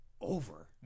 over